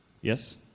Yes